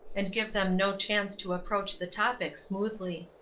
and give them no chance to approach the topic smoothly.